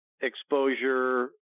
exposure